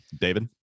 David